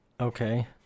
Okay